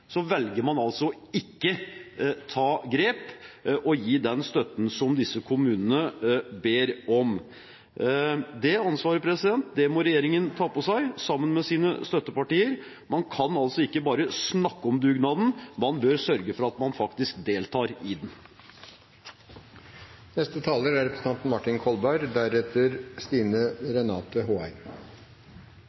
velger man ikke å ta grep og gi den støtten som disse kommunene ber om. Det ansvaret må regjeringen ta på seg, sammen med sine støttepartier. Man kan ikke bare snakke om dugnaden, man bør sørge for at man faktisk deltar i den. Det er